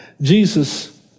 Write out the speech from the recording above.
Jesus